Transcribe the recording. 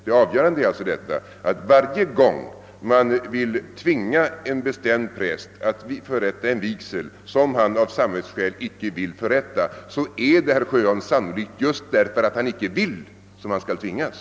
Det avgörande är alltså detta: Varje gång man vill tvinga en bestämd präst att förrätta en vigsel, som han av samvetsskäl inte vill förrätta, är det, herr Sjöholm, sannolikt just därför att han icke vill som han skall tvingas.